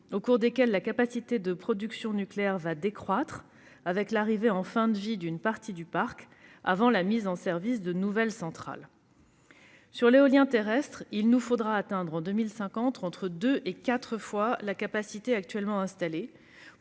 au cours desquelles la capacité de production nucléaire va décroître avec l'arrivée en fin de vie d'une partie du parc, avant la mise en service de nouvelles centrales. Sur l'éolien terrestre, il nous faudra atteindre en 2050 entre deux et quatre fois la capacité actuellement installée,